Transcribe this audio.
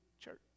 church